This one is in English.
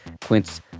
Quince